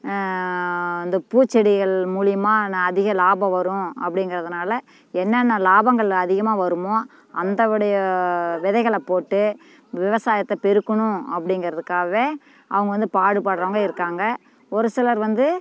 இந்த பூச்செடிகள் மூலிமா நா அதிக லாபம் வரும் அப்படிங்கிறதுனால் என்னென்ன லாபங்கள் அதிகமாக வருமோ அந்தபடியே விதைகளைப் போட்டு விவசாயத்தை பெருக்கணும் அப்படிங்கிறதுக்காகவே அவங்க வந்து பாடுபடுறவங்க இருக்காங்க ஒரு சிலர் வந்து